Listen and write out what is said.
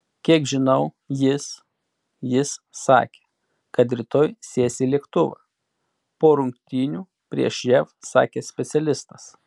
kiek žinau jis jis sakė kad rytoj sės į lėktuvą po rungtynių prieš jav sakė specialistas